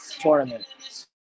tournament